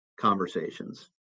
conversations